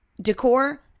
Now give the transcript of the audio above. decor